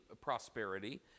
prosperity